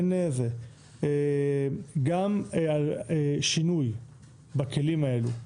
גם על שינוי בכלים האלה,